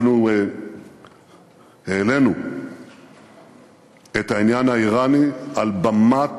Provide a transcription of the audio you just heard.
אנחנו העלינו את העניין האיראני על במת